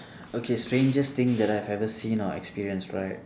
okay strangest thing that I have ever seen or experience right